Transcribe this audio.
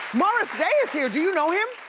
morris day is here, do you know him?